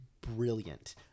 brilliant